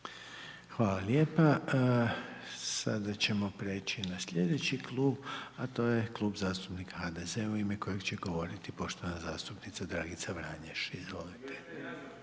Hvala lijepa. Sada ćemo prijeći na slijedeći klub a to je Klub zastupnika HDZ-a u ime kojeg će govorit poštovana zastupnica Dragica Vranješ. Joj